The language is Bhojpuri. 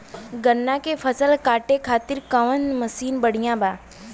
गन्ना के फसल कांटे खाती कवन मसीन बढ़ियां बा?